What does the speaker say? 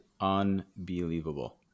unbelievable